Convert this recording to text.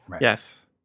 Yes